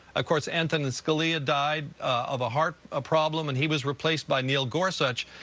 of course, antonin scalia died of a heart ah problem, and he was replaced by neil gorsuch.